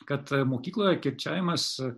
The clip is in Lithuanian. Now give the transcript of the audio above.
kad mokykloje kirčiavimas